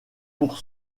pour